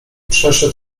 przeszedł